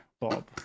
Bob